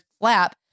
flap